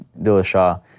Dillashaw